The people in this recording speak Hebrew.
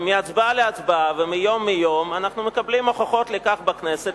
ומהצבעה להצבעה ומיום ליום אנחנו מקבלים הוכחות לכך בכנסת.